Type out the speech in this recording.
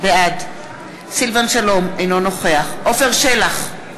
בעד סילבן שלום, אינו נוכח עפר שלח,